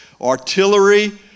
artillery